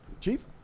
chief